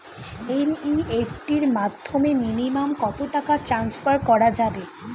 NEFT এর মাধ্যমে minimum কত টাকা টান্সফার করা যাবে?